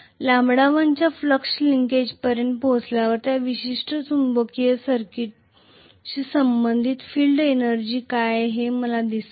λ1 च्या फ्लक्स लिंकेजपर्यंत पोहोचल्यावर त्या विशिष्ट चुंबकीय सर्किटशी संबंधित फील्ड एनर्जी काय आहे हे मला देईल